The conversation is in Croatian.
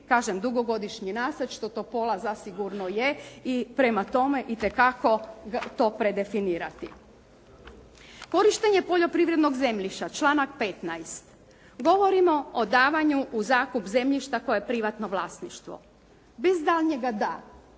kažem dugogodišnji nasad što topola zasigurno je. I prema tome itekako to predefinirati. Korištenje poljoprivrednog zemljišta, članak 15. govorimo o davanju u zakup zemljišta koje je privatno vlasništvo, bez daljnjega da,